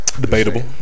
Debatable